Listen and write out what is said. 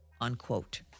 unquote